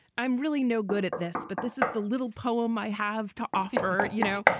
i'm really no good at this, but this is the little poem i have to offer, you know?